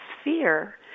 sphere